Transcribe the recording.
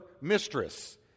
mistress